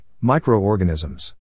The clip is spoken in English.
microorganisms